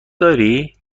داری